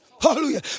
Hallelujah